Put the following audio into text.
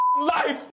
life